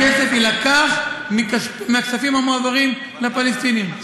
הכסף יילקח מהכספים המועברים לפלסטינים.